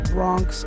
Bronx